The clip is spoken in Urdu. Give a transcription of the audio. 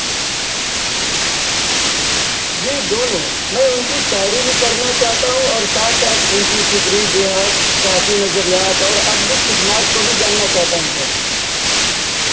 جی دونوں میں ان کی شاعری بھی پڑھنا چاہتا ہوں اور ساتھ ساتھ ان کی فکری جہاد کییفی نظریات اور ادبی خدمات کو بھی جاننا چاہتا ہوں سر